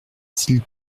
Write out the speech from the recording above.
s’ils